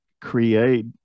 create